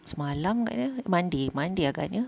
semalam agaknya Monday Monday agaknya